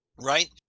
Right